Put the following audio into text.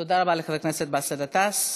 תודה רבה לחבר הכנסת באסל גטאס.